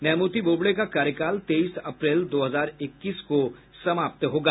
न्यायमूर्ति बोबड़े का कार्यकाल तेईस अप्रैल दो हजार इक्कीस को समाप्त होगा